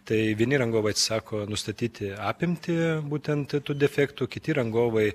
tai vieni rangovai atsisako nustatyti apimtį būtent tų defektų kiti rangovai